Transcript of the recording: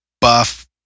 buff